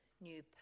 new